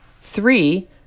Three